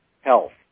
health